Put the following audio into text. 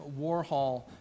Warhol